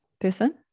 person